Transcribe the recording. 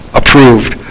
approved